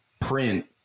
print